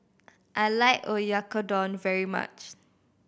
I like Oyakodon very much